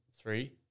Three